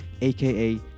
aka